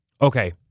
Okay